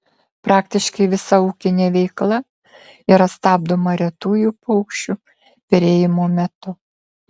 praktiškai visa ūkinė veikla yra stabdoma retųjų paukščių perėjimo metu